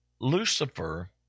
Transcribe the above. Lucifer